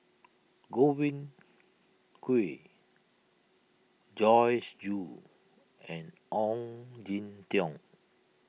Godwin Koay Joyce Jue and Ong Jin Teong